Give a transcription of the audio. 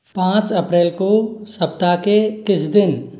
पाँच अप्रैल को सप्ताह के किस दिन